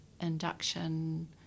induction